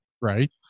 Right